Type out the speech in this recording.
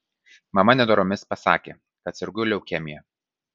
mama nenoromis pasakė kad sergu leukemija